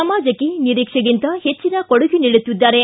ಸಮಾಜಕ್ಕೆ ನಿರೀಕ್ಷೆಗಿಂತ ಹೆಚ್ಚಿನ ಕೊಡುಗೆ ನೀಡುತ್ತಿದ್ದಾರೆ